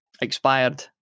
expired